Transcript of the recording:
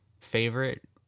favorite